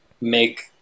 make